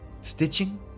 stitching